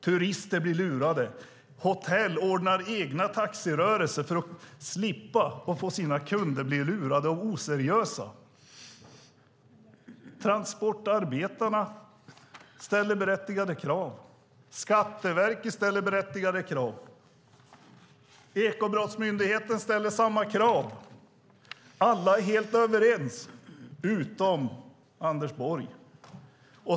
Turister blir lurade. Hotell ordnar egna taxirörelser för att deras kunder ska slippa bli lurade av oseriösa taxiförare. Transportarbetarna ställer berättigade krav. Skatteverket ställer berättigade krav. Ekobrottsmyndigheten ställer samma krav. Alla är helt överens, utom Anders Borg.